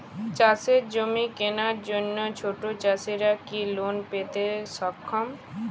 চাষের জমি কেনার জন্য ছোট চাষীরা কি লোন পেতে সক্ষম?